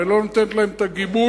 ולא נותנת להם את הגיבוי,